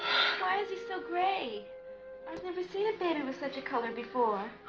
so grey i've never seen a baby with such a color before